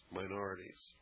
minorities